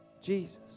Jesus